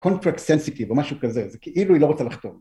קונטרקט סנסיטיב או משהו כזה כאילו היא לא רוצה לחתום